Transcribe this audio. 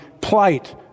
plight